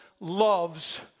loves